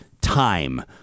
time